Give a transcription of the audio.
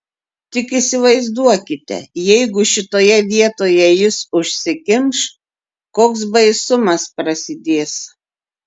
tik įsivaizduokite jeigu šitoje vietoje jis užsikimš koks baisumas prasidės